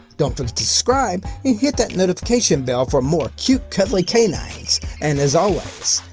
don't forget to subscribe and hit that notification bell for more cute, cuddly canines. and as always,